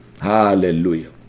Hallelujah